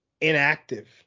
inactive